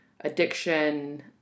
addiction